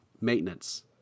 maintenance